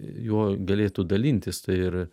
juo galėtų dalintis tai ir